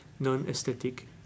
non-aesthetic